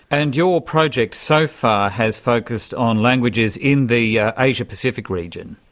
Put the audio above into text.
and your project so far has focused on languages in the yeah asia-pacific region.